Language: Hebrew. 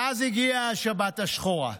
ואז הגיעה השבת השחורה.